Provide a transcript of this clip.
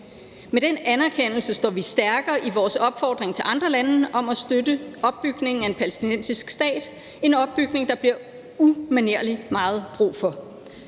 Med den anerkendelse står vi stærkere i vores opfordring til andre lande om at støtte opbygningen af en palæstinensisk stat – en opbygning, der bliver umanerlig meget brug for.